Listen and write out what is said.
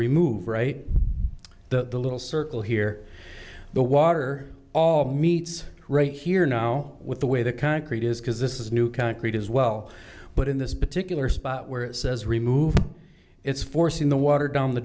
remove right the little circle here the water all meets right here now with the way the concrete is because this is new concrete as well but in this particular spot where it says removed it's forcing the water down the